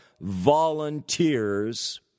volunteers